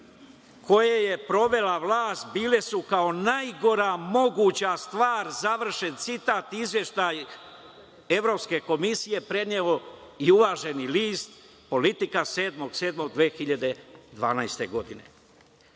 koje je provela vlast. Bile su kao najgora moguća stvar.“, završen citat, izveštaj Evropske komisije preneo i uvaženi list „Politika“, 07.07.2012. godine.